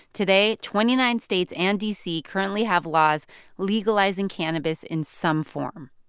today twenty nine states and d c. currently have laws legalizing cannabis in some form